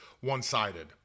one-sided